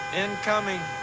incoming.